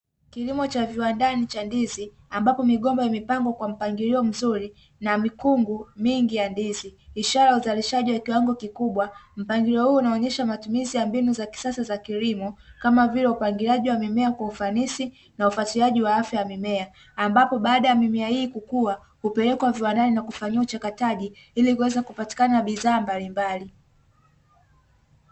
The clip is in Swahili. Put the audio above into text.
Kilimo cha viwandani cha ndizi ambapo migomba imepandwa kwa mpangilio mzuri na mikungu mingi ya ndizi, ishara ya uzalishaji wa kiwango kikubwa mpangilio huu unaonyesha matumizi ya mbinu za kisasa za kilimo kama vile upangiliaji wa mimea kwa ufanisi na ufuatiliaji wa afya ya mimea, ambapo baada ya mimea hii kukua hupelekwa viwandani na kufanyiwa uchakataji ili kuweza kupatikana bidhaa mbalimbali.